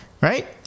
right